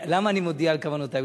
למה אני מודיע על כוונותי?